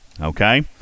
Okay